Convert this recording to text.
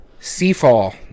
Seafall